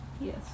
Yes